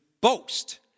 boast